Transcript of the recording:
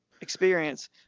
experience